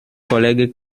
collègues